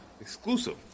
exclusive